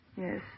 Yes